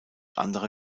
andere